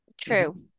true